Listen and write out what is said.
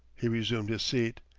he resumed his seat.